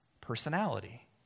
personality